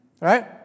Right